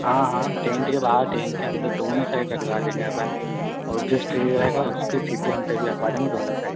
हाँ हाँ टेंट के बाहर टेंट के अंदर दोनों साइड लदवा देंगे अपन और जो स्टेज रहेगा उसकी सीढ़ी उनपर भी रखवा देंगे दोनों साइड